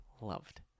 Loved